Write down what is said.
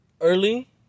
early